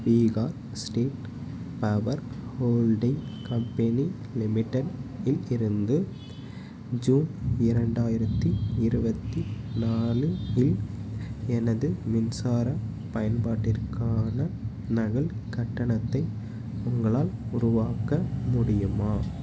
Bihar state power holding company limited இல் இருந்து June இரண்டாயிரத்தி இருபத்தி நாலு இல் எனது மின்சார பயன்பாட்டிற்கான நகல் கட்டணத்தை உங்களால் உருவாக்க முடியுமா